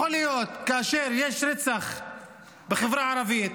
יכול להיות שכאשר יש רצח בחברה הערבית,